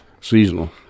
seasonal